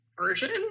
version